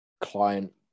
client